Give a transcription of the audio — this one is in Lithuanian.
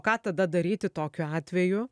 ką tada daryti tokiu atveju